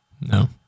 No